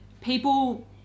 people